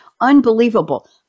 Unbelievable